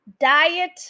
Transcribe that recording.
diet